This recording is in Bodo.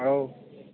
औ